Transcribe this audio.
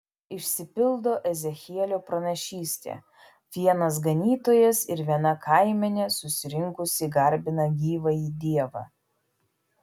išsipildo ezechielio pranašystė vienas ganytojas ir viena kaimenė susirinkusi garbina gyvąjį dievą